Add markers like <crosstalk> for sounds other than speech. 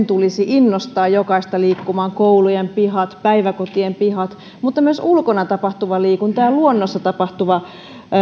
<unintelligible> tulisi innostaa jokaista liikkumaan koulujen pihat päiväkotien pihat mutta myös ulkona tapahtuva liikunta ja luonnossa tapahtuva